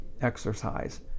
exercise